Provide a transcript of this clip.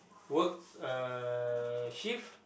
work uh shift